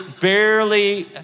barely